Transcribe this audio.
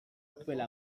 kupela